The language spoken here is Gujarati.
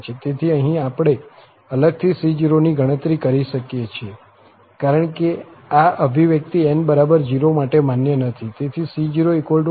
તેથી અહીં આપણે અલગથી c0 ની ગણતરી કરી શકીએ છીએ કારણ કે આ અભિવ્યક્તિ n બરાબર 0 માટે માન્ય નથી